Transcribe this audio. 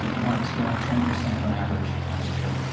marks went up twenty percent on average last year.